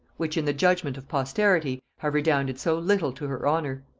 which in the judgement of posterity have redounded so little to her honor,